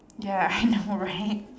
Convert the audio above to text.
ya I know right